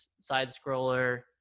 side-scroller